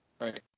Right